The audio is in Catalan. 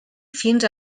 fins